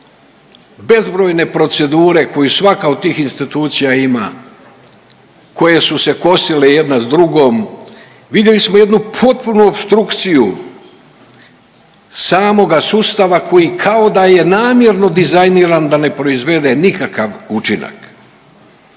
bezbrojne procedure koju svaka od tih institucija ima koje su se kosile jedna s drugom. Vidjeli smo jednu potpunu opstrukciju samoga sustava koji kao da je namjerno dizajniran da ne proizvede nikakav učinak.